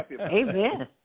Amen